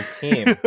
team